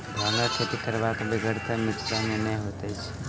भांगक खेती करबाक बेगरता मिथिला मे नै होइत अछि